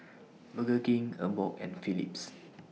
Burger King Emborg and Philips